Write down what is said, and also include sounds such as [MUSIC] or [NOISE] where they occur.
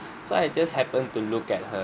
[BREATH] so I just happened to look at her